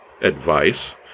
advice